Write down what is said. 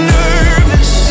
nervous